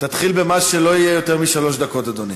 תתחיל ממה שלא יהיה יותר משלוש דקות, אדוני.